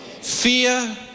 fear